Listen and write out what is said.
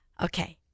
Okay